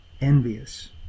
envious